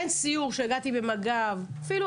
באמת.